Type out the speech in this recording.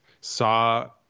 saw